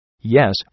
Yes